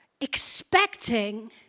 expecting